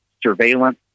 surveillance